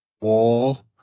wall